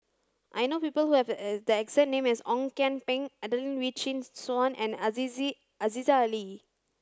I know people who have the exact name as Ong Kian Peng Adelene Wee Chin Suan and Aziza Ali